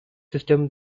system